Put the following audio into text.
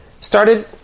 started